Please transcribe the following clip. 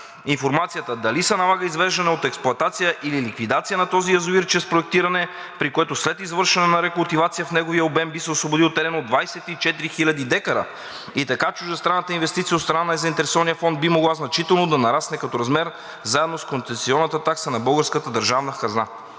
информацията дали се налага извеждане от експлоатация или ликвидация на този язовир чрез проектиране, при което след извършване на рекултивация в неговия обем би се освободил терен от 24 000 декара и така чуждестранната инвестиция от страна на заинтересования фонд би могла значително да нарасне като размер, заедно с концесионната такса за българската държавна хазна?